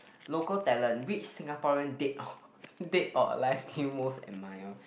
local talent which Singaporean dead dead or alive do you most admire